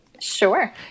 Sure